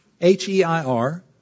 H-E-I-R